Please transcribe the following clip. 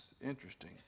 Interesting